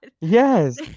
Yes